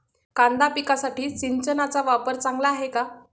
कांदा पिकासाठी सिंचनाचा वापर चांगला आहे का?